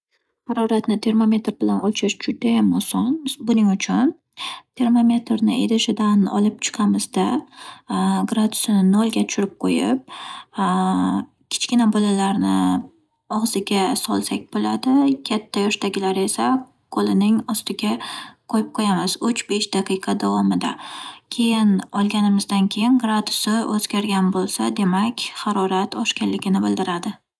Haroratni termometr bilan o'lchash judayam oson. Buning uchun termometrni idishidan olib chiqamizda, gradusini nolga tushirib qo'yib, kichkina bolalarni og'ziga solsak bo'ladi, katta yoshdagilari esa qo'lining ostiga qo'yib qo'yamiz. Uch-besh daqiqa davomida. Keyin-olganimizdan keyin gradusi o'zgargan bo'lsa, demak harorat oshganligini bildiradi.